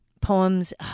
poems